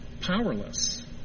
powerless